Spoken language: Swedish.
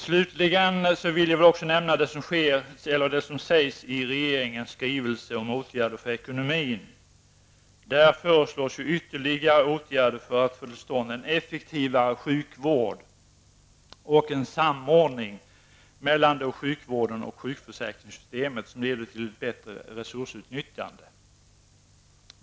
Slutligen vill jag också nämna det som sägs i regeringens skrivelser om åtgärder för ekonomin. Där föreslås ytterligare åtgärder för att få till stånd en effektivare sjukvård och en samordning mellan sjukvården och sjukförsäkringssystemet som leder till bättre resursutnyttjande.